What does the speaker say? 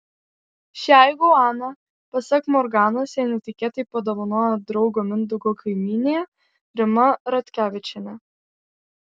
šią iguaną pasak morganos jai netikėtai padovanojo draugo mindaugo kaimynė rima ratkevičienė